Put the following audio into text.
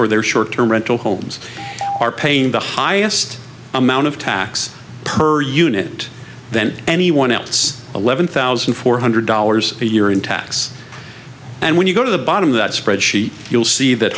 for their short term rental homes are paying the highest amount of tax per unit then anyone else eleven thousand four hundred dollars a year in tax and when you go to the bottom of that spreadsheet you'll see that